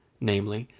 namely,